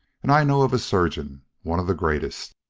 and i know of a surgeon one of the greatest!